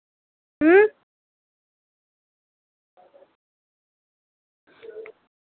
अं